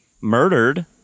murdered